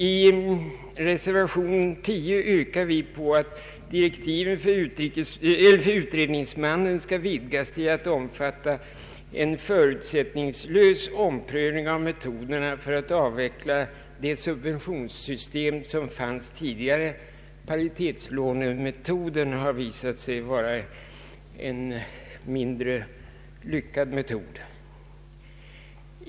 I reservation 10 yrkar vi på att direktiven för utredningsmannen skall vidgas till att omfatta en förutsättningslös omprövning av metoderna för att avveckla det subventionssystem som fanns Ang. anslag till bostadsbyggande m.m. tidigare. Paritetslånemetoden har visat sig vara mindre lyckad.